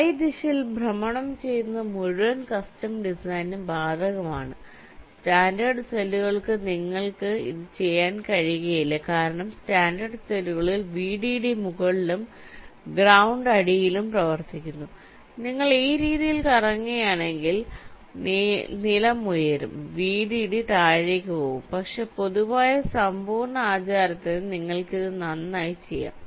Y ദിശയിൽ ഭ്രമണം ചെയ്യുന്നത് മുഴുവൻ കസ്റ്റം ഡിസൈനിനും ബാധകമാണ് സ്റ്റാൻഡേർഡ് സെല്ലുകൾക്ക് നിങ്ങൾക്ക് ഇത് ചെയ്യാൻ കഴിയില്ല കാരണം സ്റ്റാൻഡേർഡ് സെല്ലുകളിൽ VDD മുകളിലും ഗ്രൌണ്ട് അടിയിലും പ്രവർത്തിക്കുന്നു നിങ്ങൾ ഈ രീതിയിൽ കറങ്ങുകയാണെങ്കിൽ നിലം ഉയരും വിഡിഡി താഴേക്ക് പോകും പക്ഷേ പൊതുവായ സമ്പൂർണ്ണ ആചാരത്തിന് നിങ്ങൾക്ക് ഇത് നന്നായി ചെയ്യാം